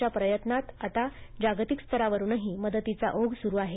या प्रयत्नांत आता जागतिक स्तरावरुनही मदतीचा ओघ सुरु आहे